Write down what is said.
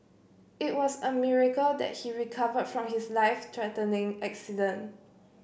it was a miracle that he recovered from his life threatening accident